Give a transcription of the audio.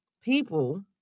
people